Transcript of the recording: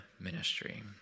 ministry